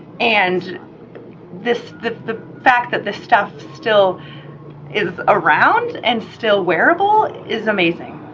and this, the the fact that this stuff still is around and still wearable is amazing,